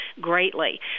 greatly